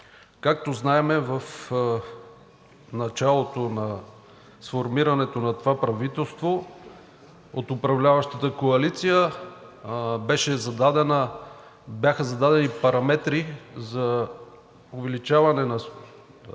Както знаем, в началото на сформирането на това правителство от управляващата коалиция бяха зададени параметри за увеличаване на